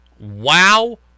Wow